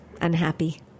unhappy